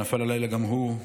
שנפל הלילה גם הוא,